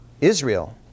Israel